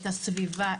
את הסביבה,